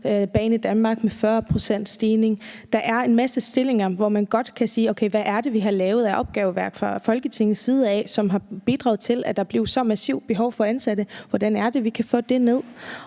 Banedanmark med 40 pct.s stigning. Der er en masse stillinger, hvor man godt kan sige: Okay, hvad er det, vi har lavet af opgaveværk fra Folketingets side, og som har bidraget til, at der blev så massivt et behov for ansatte? Hvordan kan vi få det ned?